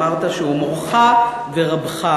אמרת שהוא מורך ורבך,